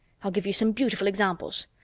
i'll give you some beautiful examples.